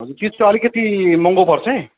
हजुर चिज चाहिँ अलिकति महँगो पर्छ है